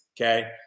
Okay